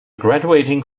graduating